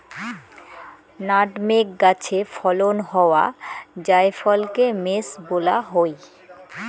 nutmeg গাছে ফলন হওয়া জায়ফলকে মেস বলা হই